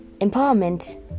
empowerment